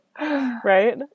right